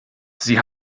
sie